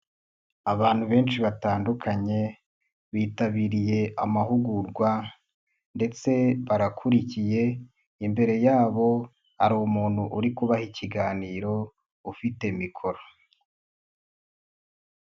Abantu benshi batandukanye. Bitabiriye amahugurwa, ndetse barakurikiye. Imbere yabo, hari umuntu uri kubaha ikiganiro, ufite mikoro.